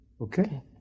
Okay